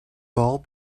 ball